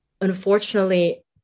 Unfortunately